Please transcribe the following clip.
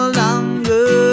longer